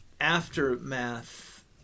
aftermath